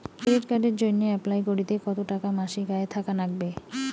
Credit কার্ডের জইন্যে apply করিতে কতো টাকা মাসিক আয় থাকা নাগবে?